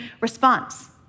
response